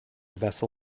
vessel